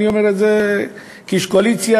אני אומר את זה כאיש קואליציה,